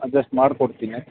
adjust ಮಾಡಿಕೊಡ್ತಿನಿ